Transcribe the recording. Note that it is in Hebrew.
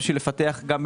אני צריך לאשר את זה,